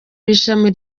w’ishami